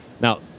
Now